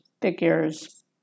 figures